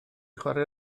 chwarae